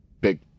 big